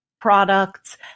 products